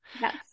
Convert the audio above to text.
Yes